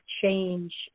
change